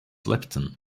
lipton